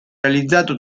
realizzato